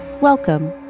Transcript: Welcome